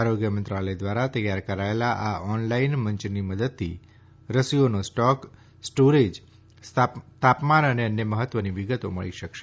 આરોગ્ય મંત્રાલય દ્વારા તૈયાર કરાયેલા આ ઓનલાઈન મંચની મદદથી રસીઓનો સ્ટોક સ્ટોરેજ તાપમાન અને અન્ય મહત્વની વિગતો મળી શકશે